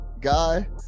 guy